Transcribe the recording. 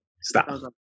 Stop